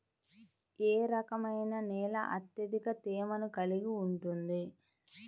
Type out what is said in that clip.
ఏ రకమైన నేల అత్యధిక తేమను కలిగి ఉంటుంది?